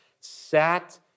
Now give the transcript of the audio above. sat